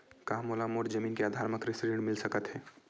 का मोला मोर जमीन के आधार म कृषि ऋण मिल सकत हे?